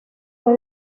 fue